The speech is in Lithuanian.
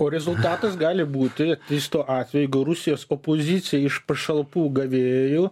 o rezultatas gali būti iš to atvejo jeigu rusijos opozicija iš pašalpų gavėjų